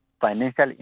financial